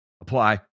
Apply